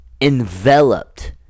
enveloped